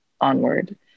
onward